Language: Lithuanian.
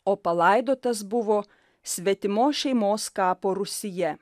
o palaidotas buvo svetimos šeimos kapo rūsyje